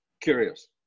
curious